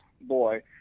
boy